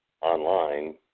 online